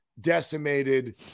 decimated